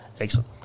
Excellent